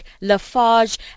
Lafarge